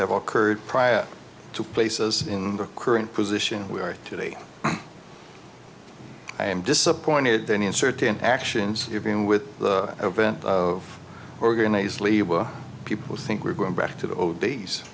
have occurred prior to places in the current position we are today i am disappointed then in certain actions being with the vent organize liwa people think we're going back to the old days